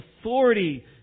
authority